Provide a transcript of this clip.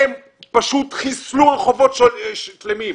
הם פשוט חיסלו רחובות שלמים.